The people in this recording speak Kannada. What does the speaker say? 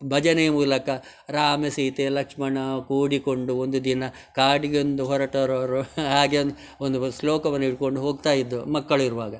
ಭಜನೆಯ ಮೂಲಕ ರಾಮ ಸೀತೆ ಲಕ್ಷ್ಮಣ ಕೂಡಿಕೊಂಡು ಒಂದು ದಿನ ಕಾಡಿಗೆಂದು ಹೊರಟರವರು ಹಾಗೆ ಒಂದು ಒಂದು ಶ್ಲೋಕವನ್ನು ಹಿಡ್ಕೊಂಡು ಹೋಗ್ತಾಯಿದ್ವು ಮಕ್ಕಳು ಇರುವಾಗ